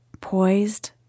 Poised